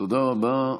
תודה רבה.